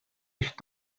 ich